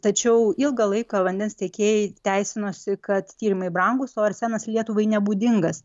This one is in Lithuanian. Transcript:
tačiau ilgą laiką vandens tiekėjai teisinosi kad tyrimai brangūs o arsenas lietuvai nebūdingas